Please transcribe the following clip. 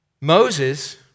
Moses